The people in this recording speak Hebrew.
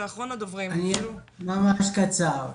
ממש קצר,